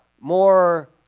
more